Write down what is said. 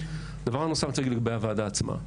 דבר נוסף אני רוצה להגיד לגבי הוועדה עצמה.